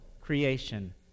creation